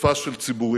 פסיפס של ציבורים,